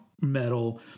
metal